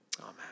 amen